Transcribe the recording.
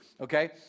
okay